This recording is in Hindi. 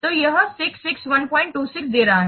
तो यह 66126 दे रहा है